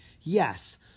Yes